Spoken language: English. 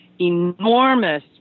enormous